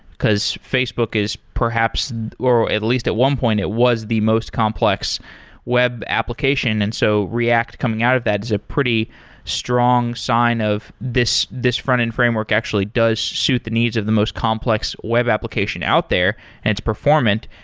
because facebook is perhaps or at least at one point it was the most complex web application. and so react coming out of that is a pretty strong sign of this this frontend framework actually does suit the needs of the most complex web application out there and it's performant.